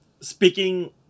speaking